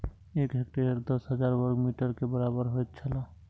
एक हेक्टेयर दस हजार वर्ग मीटर के बराबर होयत छला